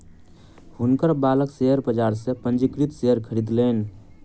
हुनकर बालक शेयर बाजार सॅ पंजीकृत शेयर खरीदलैन